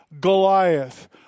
Goliath